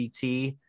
CT